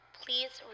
please